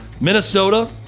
Minnesota